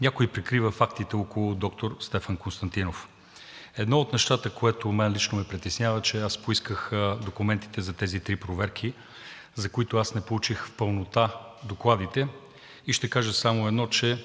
някой прикрива фактите около доктор Стефан Константинов. Едно от нещата, което мен лично ме притеснява, че поисках документите за тези три проверки, за които не получих в пълнота докладите. Ще кажа само едно – че